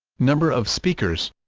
number of speakers